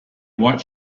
white